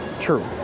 True